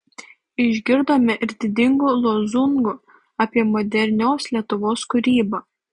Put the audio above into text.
išgirdome ir didingų lozungų apie modernios lietuvos kūrybą